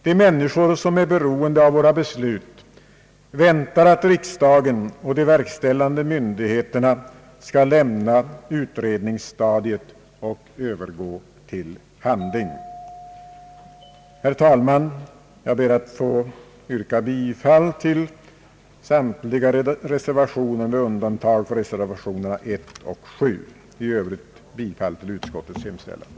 De människor som är beroende av våra beslut väntar att riksdagen och de verkställande myndigheterna skall lämna utredningsstadiet och övergå till handling. Herr talman! Jag ber att få yrka bifall till samtliga reservationer med undantag för reservationerna 1 och 7 och i övrigt bifall till utskottets hemställan.